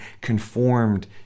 conformed